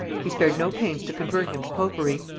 he spared no pains to convert him to popery.